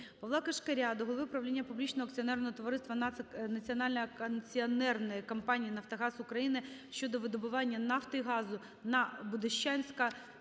Павла Кишкаря до Голови правління публічного акціонерного товариства Національної акціонерної компанії "Нафтогаз України" щодо видобування нафти і газу на